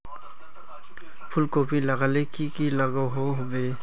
फूलकोबी लगाले की की लागोहो होबे?